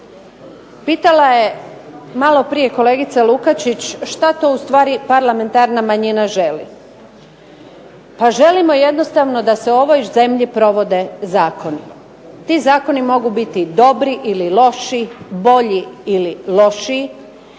Pitala je malo prije kolegica Lukačić, što to ustvari parlamentarna manjina želi? Pa želimo jednostavno da se u ovoj zemlji provode zakoni. Ti zakoni mogu biti dobri ili loši, bolji i lošiji,